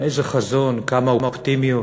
איזה חזון, כמה אופטימיות,